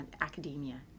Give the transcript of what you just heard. academia